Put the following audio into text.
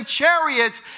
chariots